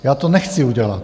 Já to nechci udělat.